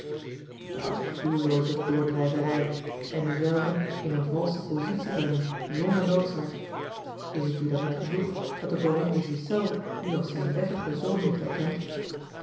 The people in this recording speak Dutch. doen dat's doellooze doordrijverij en u zelven in eene valsche positie brengen zonder noodzaak is het u dan niet genoeg dat de baron de ghiselles u als zijn wettigen zoon heeft erkend